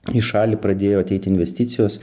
į šalį pradėjo ateiti investicijos